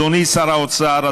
אדוני שר האוצר,